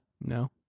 No